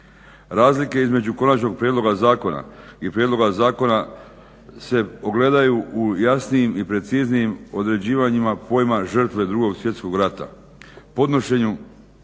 Razlike između konačnog prijedloga zakona i prijedloga zakona se ogledaju u jasnijim i preciznijim određivanjima pojma žrtve 2. svjetskog rata. Podnošenju